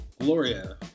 Gloria